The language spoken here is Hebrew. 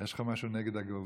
יש לך משהו נגד הגבוהים?